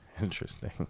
Interesting